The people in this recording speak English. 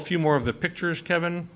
a few more of the pictures kevin